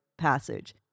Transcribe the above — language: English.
Passage